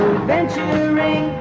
adventuring